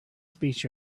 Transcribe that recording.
speech